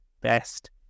best